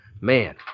man